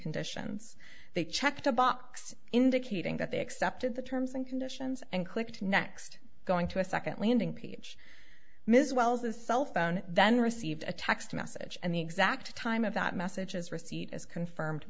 conditions they checked a box indicating that they accepted the terms and conditions and clicked next going to a second landing page ms wells his cell phone then received a text message and the exact time of that message is receipt is confirmed